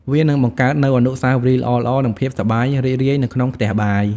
វានឹងបង្កើតនូវ អនុស្សាវរីយ៍ល្អៗ និងភាពសប្បាយរីករាយនៅក្នុងផ្ទះបាយ ។